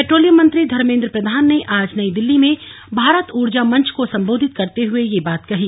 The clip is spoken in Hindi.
पेट्रोलियम मंत्री धर्मेन्द्र प्रधान ने आज नई दिल्ली में भारत ऊर्जा मंच को संबोधित करते हुए यह बात कही